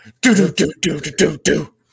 Do-do-do-do-do-do-do